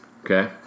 Okay